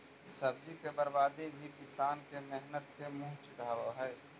सब्जी के बर्बादी भी किसान के मेहनत के मुँह चिढ़ावऽ हइ